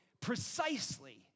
precisely